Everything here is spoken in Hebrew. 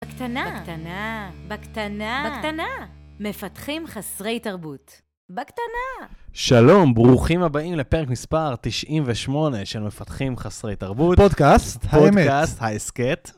בקטנה, בקטנה, בקטנה, בקטנה, מפתחים חסרי תרבות. בקטנה. שלום, ברוכים הבאים לפרק מספר 98 של מפתחים חסרי תרבות. פודקאסט, האמת. פודקאסט, ההסכת.